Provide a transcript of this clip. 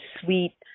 sweet